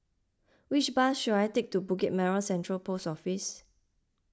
which bus should I take to Bukit Merah Central Post Office